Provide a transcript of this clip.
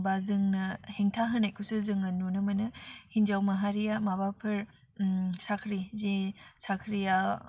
बा जोंनो हेंथा होनायखौसो जोङो नुनो मोनो हिन्जाव माहारिया माबाफोर साख्रि जे साख्रिया